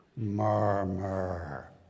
murmur